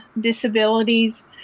disabilities